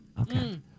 Okay